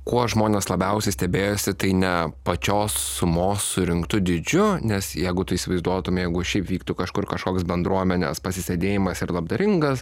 kuo žmonės labiausiai stebėjosi tai ne pačios sumos surinktu dydžiu nes jeigu tu įsivaizduotum jeigu šiaip vyktų kažkur kažkoks bendruomenės pasisėdėjimas ir labdaringas